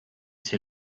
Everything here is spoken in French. c’est